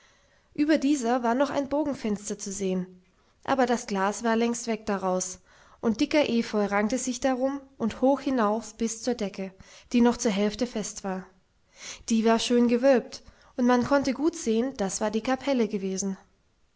über dieser war noch ein bogenfenster zu sehen aber das glas war längst weg daraus und dicker efeu rankte sich darum und hoch hinauf bis zur decke die noch zur hälfte fest war die war schön gewölbt und man konnte gut sehen das war die kapelle gewesen